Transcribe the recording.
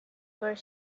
were